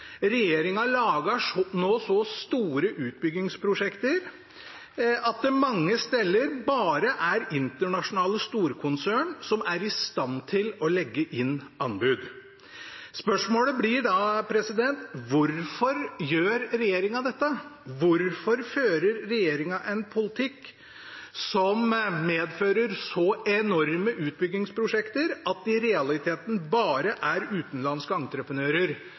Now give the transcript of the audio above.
nå så store utbyggingsprosjekter at det mange steder bare er internasjonale storkonsern som er i stand til å legge inn anbud. Spørsmålet blir da: Hvorfor gjør regjeringen dette? Hvorfor fører regjeringen en politikk som medfører så enorme utbyggingsprosjekter at det i realiteten bare er utenlandske entreprenører